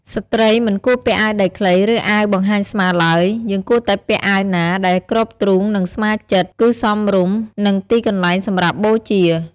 ស្ត្រីមិនគួរពាក់អាវដៃខ្លីឬអាវបង្ហាញស្មាទ្បើយ យើងគួរតែពាក់អាវណាដែលគ្របទ្រូងនិងស្មាជិតគឺសមរម្យនឹងទីកន្លែងសម្រាប់បូជា។